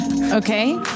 Okay